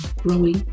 growing